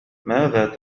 ماذا